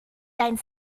deinen